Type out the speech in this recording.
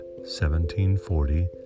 1740